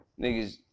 niggas